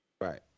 Right